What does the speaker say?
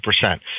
percent